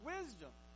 Wisdom